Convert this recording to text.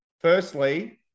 Firstly